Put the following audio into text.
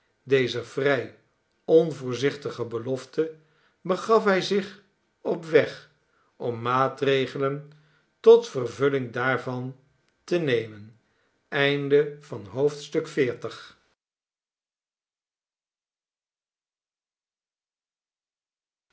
dezer vrij onvoorzichtige belofte begaf hij zich op weg om maatregelen tot vervulling daarvan te nemen